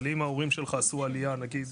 אבל אם ההורים שלך עשו עלייה, נגיד.